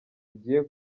igiye